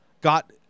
got